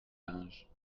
linge